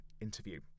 interview